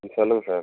சொல்லுங்கள் சார்